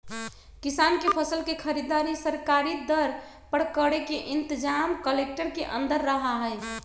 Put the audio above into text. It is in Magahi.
किसान के फसल के खरीदारी सरकारी दर पर करे के इनतजाम कलेक्टर के अंदर रहा हई